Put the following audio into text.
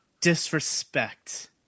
disrespect